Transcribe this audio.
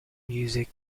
music